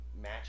match